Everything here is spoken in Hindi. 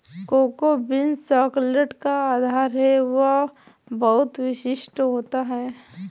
कोको बीन्स चॉकलेट का आधार है वह बहुत स्वादिष्ट होता है